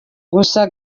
gusa